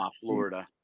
Florida